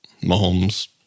Mahomes